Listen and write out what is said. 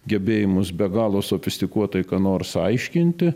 gebėjimus be galo sofistikuotai ką nors aiškinti